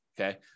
Okay